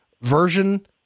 version